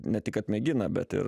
ne tik kad mėgina bet ir